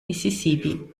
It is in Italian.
mississippi